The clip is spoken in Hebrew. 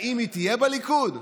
האם היא תהיה בליכוד?